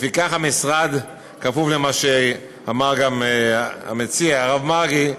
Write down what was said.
לפיכך המשרד, גם כפוף למה שאמר המציע, הרב מרגי,